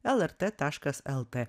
lrt taškas lt